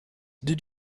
did